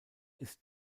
ist